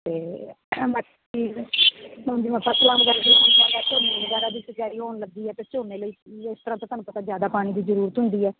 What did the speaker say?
ਅਤੇ ਬਾਕੀ ਹੁਣ ਜਿਵੇਂ ਫ਼ਸਲਾਂ ਵਗੈਰਾ ਝੋਨੇ ਵਗੈਰਾ ਦੀ ਸਿੰਚਾਈ ਹੋਣ ਲੱਗੀ ਹੈ ਅਤੇ ਝੋਨੇ ਲਈ ਇਸ ਤਰ੍ਹਾਂ ਤਾਂ ਤੁਹਾਨੂੰ ਪਤਾ ਜ਼ਿਆਦਾ ਪਾਣੀ ਦੀ ਜ਼ਰੂਰਤ ਹੁੰਦੀ ਹੈ